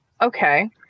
Okay